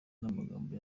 n’amagambo